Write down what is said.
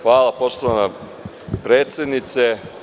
Hvala poštovana predsednice.